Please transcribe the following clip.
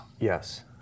Yes